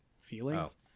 Feelings